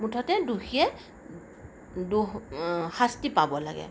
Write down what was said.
মুঠতে দোষীয়ে দোষ শাস্তি পাব লাগে